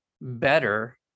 better